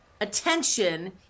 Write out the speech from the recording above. attention